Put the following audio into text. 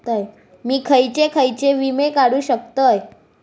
मी खयचे खयचे विमे काढू शकतय?